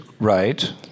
right